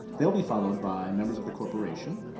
they'll be followed by members of the corporation,